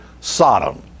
Sodom